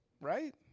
Right